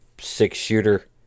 six-shooter